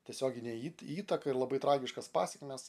tiesioginę įtaką ir labai tragiškas pasekmes